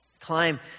climb